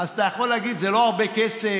אז אתה יכול להגיד: זה לא הרבה כסף.